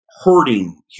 hurting